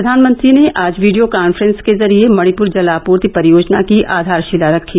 प्रधानमंत्री ने आज वीडियो कांफ्रेंस के जरिये मणिपुर जल आपूर्ति परियोजना की आधारशिला रखी